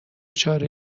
چاره